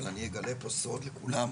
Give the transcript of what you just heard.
אבל אני אגלה פה סוד לכולם,